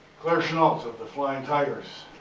claire chennault of the flying tigers.